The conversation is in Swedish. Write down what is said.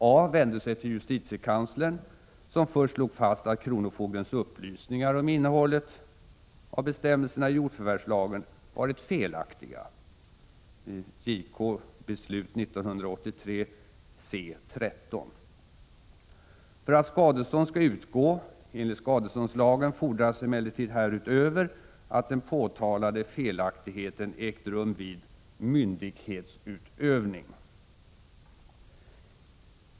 A vände sig till justitiekanslern, som först slog fast att kronofogdens upplysningar om innehållet av bestämmelserna i jordförvärvslagen varit felaktiga — JK-Beslut 1983, C 13. För att skadestånd skall utgå enligt skadeståndslagen fordras emellertid härutöver att den påtalade felaktigheten ägt rum vid ”myndighetsutövning”.